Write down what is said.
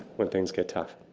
when things get tough.